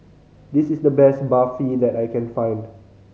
this is the best Barfi that I can find